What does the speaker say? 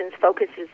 focuses